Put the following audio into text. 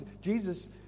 Jesus